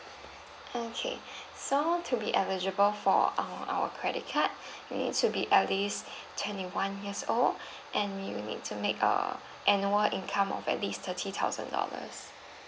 okay so to be eligible for our our credit card you need to be at least twenty one years old and you will need to make err annual income of at least thirty thousand dollars